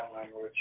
Language